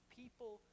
people